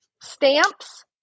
Stamps